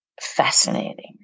fascinating